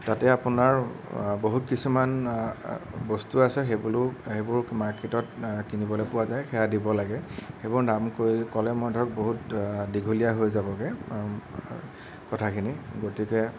তাতে আপোনাৰ বহুত কিছুমান বস্তু আছে সেইবোৰো সেইবোলো মাৰ্কেটত কিনিবলৈ পোৱা যায় সেয়া দিব লাগে সেইবোৰৰ নাম কৈ ক'লে মই ধৰক বহুত দীঘলীয়া হৈ যাবগৈ কথাখিনি গতিকে